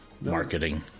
Marketing